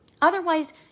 Otherwise